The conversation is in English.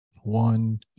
One